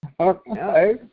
Okay